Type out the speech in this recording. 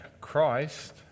Christ